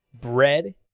bread